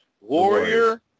Warrior